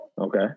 Okay